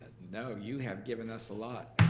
no. you have given us a lot,